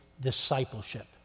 discipleship